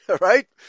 right